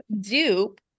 dupe